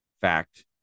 fact